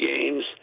games